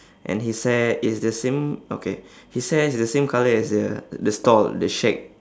and his hair is the same okay his hair is the same colour as the the stall the shack